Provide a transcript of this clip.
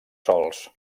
sols